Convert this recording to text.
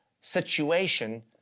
situation